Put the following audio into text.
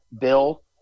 Bill